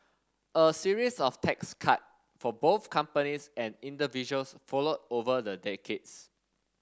a series of tax cut for both companies and individuals followed over the decades